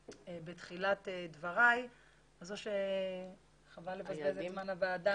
מענה בתחילת דבריי וחבל לבזבז את זמן הוועדה.